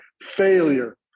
failure